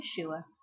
Yeshua